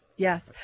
Yes